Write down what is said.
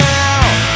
now